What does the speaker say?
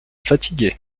fatigué